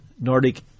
Nordic